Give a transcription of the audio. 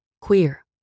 queer